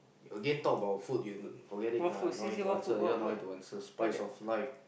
again talk about food you forget it lah no need to answer this one no need to answer spice of life